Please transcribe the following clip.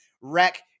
wreck